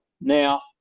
Now